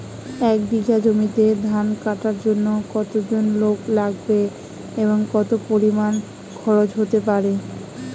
এক বিঘা জমিতে ধান কাটার জন্য কতজন লোক লাগবে এবং কত পরিমান খরচ হতে পারে?